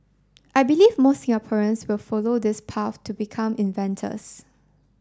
I believe more Singaporeans will follow this path to become inventors